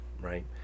right